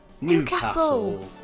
Newcastle